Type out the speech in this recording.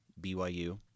BYU